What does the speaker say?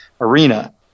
arena